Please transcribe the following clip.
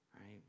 right